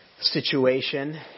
situation